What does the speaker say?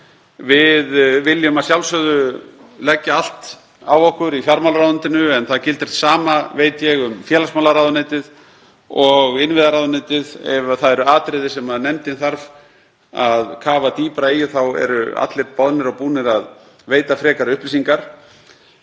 Við viljum að sjálfsögðu leggja allt á okkur í fjármálaráðuneytinu en það sama gildir, veit ég, um félagsmálaráðuneytið og innviðaráðuneytið, ef það eru atriði sem nefndin þarf að kafa dýpra í þá eru allir boðnir og búnir að veita frekari upplýsingar.